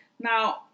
Now